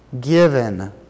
given